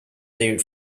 their